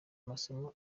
amasomo